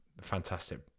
Fantastic